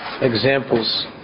examples